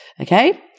Okay